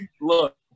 Look